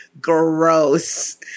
gross